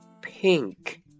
pink